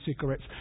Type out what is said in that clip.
cigarettes